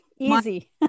Easy